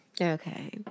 Okay